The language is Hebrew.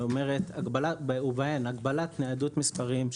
ובהן הגבלת ניידות מספרים,